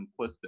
simplistic